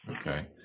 Okay